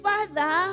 Father